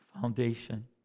foundation